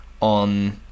on